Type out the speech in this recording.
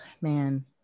man